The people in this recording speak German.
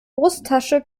brusttasche